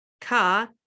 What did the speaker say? car